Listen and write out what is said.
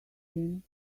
him